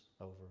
over